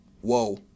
whoa